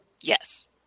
yes